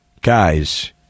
guys